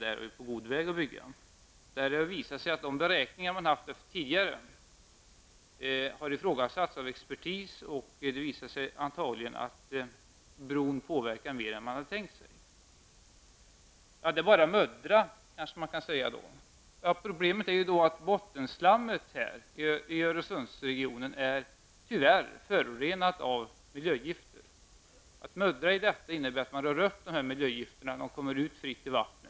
I det sammanhanget har det visat sig att tidigare gjorda beräkningar har ifrågasatts av expertis. Antagligen kommer den här bron att påverka mer än vad man tänkt sig. Det är bara att muddra, kan man kanske säga. Men problemet är att bottenslammet i Öresundsregionen, tyvärr, är förorenat av miljögifter. En muddring skulle innebära att miljögifterna rördes upp och spreds i vattnet.